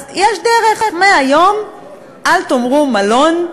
אז יש דרך: מהיום אל תאמרו מלון,